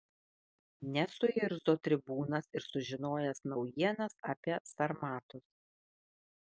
nesuirzo tribūnas ir sužinojęs naujienas apie sarmatus